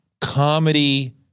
comedy